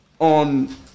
on